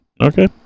Okay